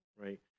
right